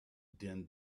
din